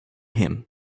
him